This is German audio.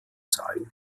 zahlen